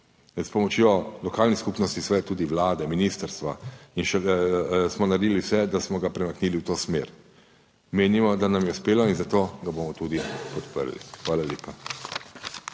S pomočjo lokalnih skupnosti, seveda tudi Vlade, ministrstva in smo naredili vse, da smo ga premaknili v to smer. Menimo, da nam je uspelo in zato ga bomo tudi podprli. Hvala lepa.